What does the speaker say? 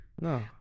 no